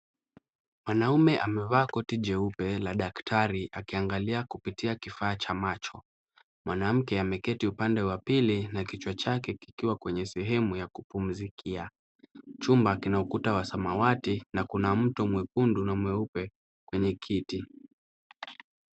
Mwanaume amevaa koti jeupe la daktari, akiangalia kupitia kifaa cha macho. Mwanamke ameketi kwenye upande wa pili na kichwa chake kikiwa kwenye sehemu ya kupumzikia. Chumba kina ukuta wa samawati na kuna mto kuna mwekundu na mweupe kwenye kiti.